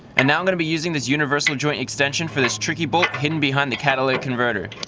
and now i'm going to be using this universal joint extension for this tricky bolt hidden behind the catalytic converter.